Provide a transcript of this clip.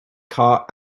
car